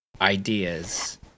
ideas